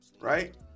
right